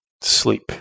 sleep